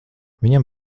viņam